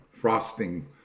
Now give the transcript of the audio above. Frosting